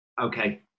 okay